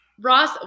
Ross